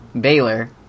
Baylor